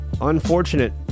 unfortunate